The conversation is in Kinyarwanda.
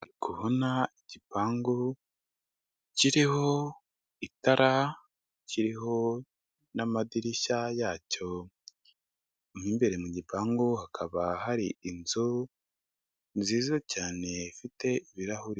Ndi kubona igipangu kiriho itara, kiriho n'amadirishya yacyo; mu imbere mu gipangu hakaba hari inzu nziza cyane ifite ibirahuri.